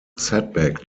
setback